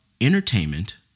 entertainment